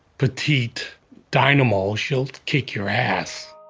petite dynamo. she'll kick your ass